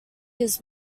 his